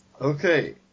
Okay